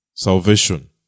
salvation